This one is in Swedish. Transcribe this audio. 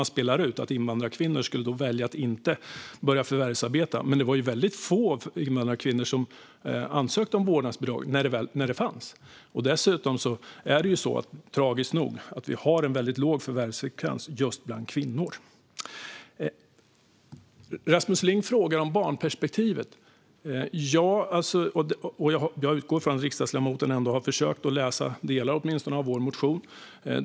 Man spelar ut att invandrarkvinnor då skulle välja att inte börja förvärvsarbeta. Men det var väldigt få invandrarkvinnor som ansökte om vårdnadsbidrag när det fanns. Dessutom har vi tragiskt nog väldigt låg förvärvsfrekvens bland just kvinnor. Rasmus Ling frågar om barnperspektivet. Jag utgår från att riksdagsledamoten har försökt läsa åtminstone delar av vår motion.